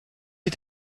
die